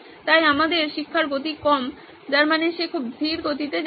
তাই আমাদের শিক্ষার গতি কম যার মানে সে খুব ধীর গতিতে যাচ্ছে